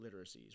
literacies